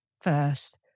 first